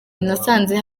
nasanze